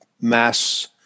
mass